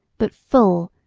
but full,